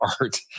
Art